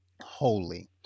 holy